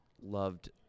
loved